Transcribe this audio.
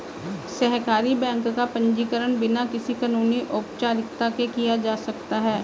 सहकारी बैंक का पंजीकरण बिना किसी कानूनी औपचारिकता के किया जा सकता है